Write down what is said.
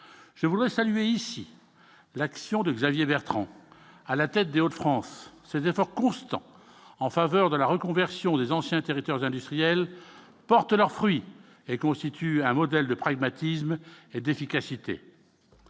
je voudrais saluer ici l'action de Xavier Bertrand à la tête des France ses efforts constants en faveur de la reconversion des anciens territoires industriels portent leurs fruits et constitue un modèle de pragmatisme et d'efficacité